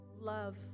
love